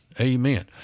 Amen